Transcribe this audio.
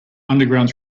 underground